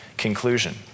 Conclusion